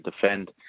defend